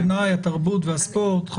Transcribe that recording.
הפנאי התרבות והספורט.